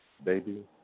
Baby